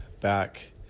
back